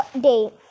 day